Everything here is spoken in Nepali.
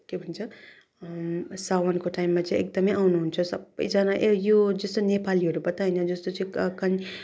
के भन्छ साउनको टाइममा चाहिँ एकदमै आउनुहुन्छ सबैजना यो जस्तै नेपालीहरू मात्रै होइन जस्तो चाहिँ क कन्